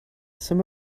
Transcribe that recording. some